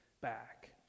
back